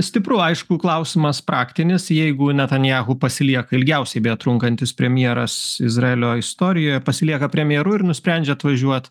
stipru aišku klausimas praktinis jeigu netanyahu pasilieka ilgiausiai beje trunkantis premjeras izraelio istorijoje pasilieka premjeru ir nusprendžia atvažiuot